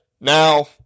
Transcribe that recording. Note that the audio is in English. now